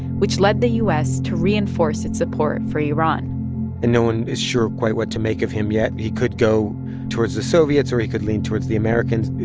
which led the u s. to reinforce its support for iran and no one is sure quite what to make of him yet he could go towards the soviets, or he could lean towards the americans.